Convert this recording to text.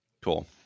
Cool